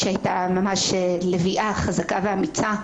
שהייתה ממש לביאה חזקה ואמיצה,